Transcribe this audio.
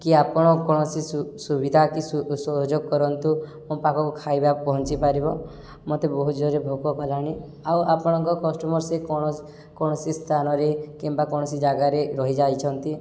କି ଆପଣ କୌଣସି ସୁବିଧା କି ସହଯୋଗ କରନ୍ତୁ ମୋ ପାଖକୁ ଖାଇବା ପହଞ୍ଚି ପାରିବ ମୋତେ ବହୁତ ଜୋରରେ ଭୋକ କଲାଣି ଆଉ ଆପଣଙ୍କ କଷ୍ଟମର୍ ସେ କୌଣସି ସ୍ଥାନରେ କିମ୍ବା କୌଣସି ଜାଗାରେ ରହିଯାଇଛନ୍ତି